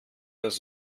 das